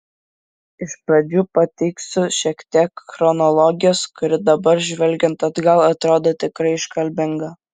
iš pradžių pateiksiu šiek tiek chronologijos kuri dabar žvelgiant atgal atrodo tikrai iškalbinga